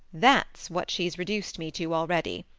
that's what she's reduced me to already.